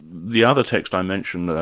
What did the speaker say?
the other text i mentioned,